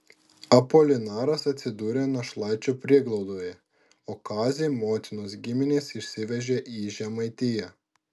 apolinaras atsidūrė našlaičių prieglaudoje o kazį motinos giminės išsivežė į žemaitiją